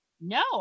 no